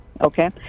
okay